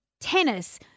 tennis